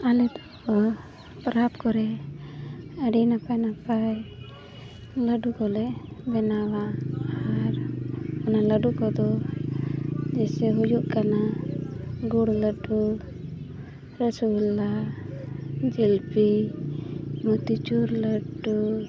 ᱟᱞᱮ ᱫᱚ ᱯᱟᱨᱟᱵᱽ ᱠᱚᱨᱮ ᱟᱹᱰᱤ ᱱᱟᱯᱟᱭ ᱱᱟᱯᱟᱭ ᱞᱟᱹᱰᱩ ᱠᱚᱞᱮ ᱵᱮᱱᱟᱣᱟ ᱟᱨ ᱚᱱᱟ ᱞᱟᱹᱰᱩ ᱠᱚᱫᱚ ᱡᱮ ᱥᱮ ᱦᱩᱭᱩᱜ ᱠᱟᱱᱟ ᱜᱩᱲ ᱞᱟᱹᱰᱩ ᱨᱚᱥᱚᱜᱚᱞᱞᱟ ᱡᱤᱞᱯᱤ ᱢᱚᱛᱤᱪᱩᱨ ᱞᱟᱹᱰᱩ